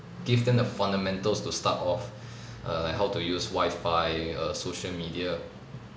give them the fundamentals to start off err like how to use wifi err social media